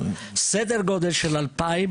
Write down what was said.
סדר גודל של 2,000